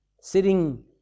sitting